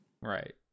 Right